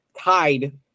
tied